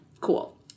cool